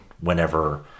whenever